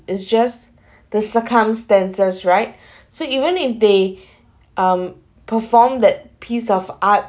it's just the circumstances right so even if they um perform that piece of art